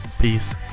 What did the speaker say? Peace